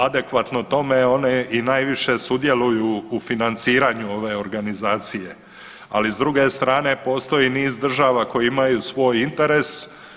Adekvatno tome one i najviše sudjeluju u financiranju ove organizacije, ali s druge strane postoji niz država koje imaju svoj interes.